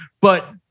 but-